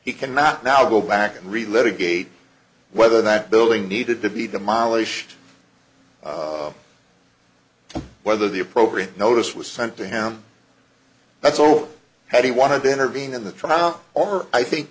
he cannot now go back and read litigator whether that building needed to be demolished and whether the appropriate notice was sent to him that's all had he wanted to intervene in the trial or i think